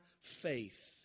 faith